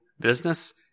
business